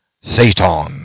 Satan